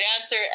answer